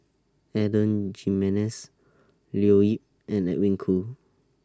Adan Jimenez Leo Yip and Edwin Koo